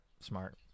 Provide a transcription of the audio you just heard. smart